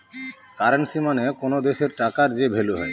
currency মানে কোনো দেশের টাকার যে ভ্যালু হয়